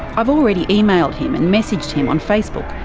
i've already emailed him and messaged him on facebook,